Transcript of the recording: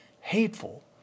hateful